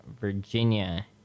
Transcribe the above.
Virginia